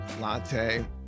latte